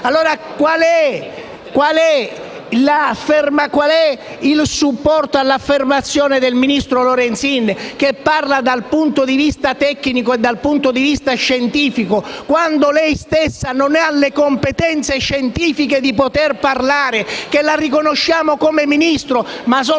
Allora, qual è il supporto all'affermazione del ministro Lorenzin, che parla dal punto di vista tecnico e dal punto di vista scientifico, quando ella stessa non ha le relative competenze scientifiche? Noi, infatti, la riconosciamo come Ministro, ma sotto il